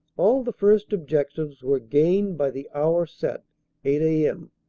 all the first objectives were gained by the hour set, eight a m,